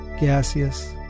gaseous